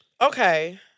Okay